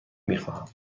میخواهم